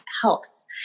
helps